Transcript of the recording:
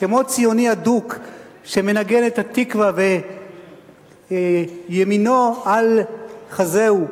כמו ציוני הדוק שמנגן את "התקווה" וימינו על חזהו,